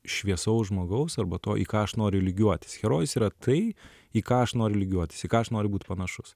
šviesaus žmogaus arba to į ką aš noriu lygiuotis herojus yra tai į ką aš noriu lygiuotis į ką aš noriu būt panašus